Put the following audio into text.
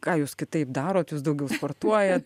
ką jūs kitaip darot jūs daugiau sportuojat